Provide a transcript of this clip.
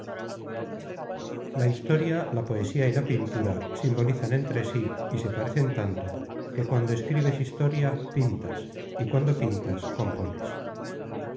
la historia la poesía y la pintura simbolizan entre sí y se parecen tanto que cuando escribes historia pintas y cuando pintas compones